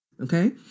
okay